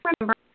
remember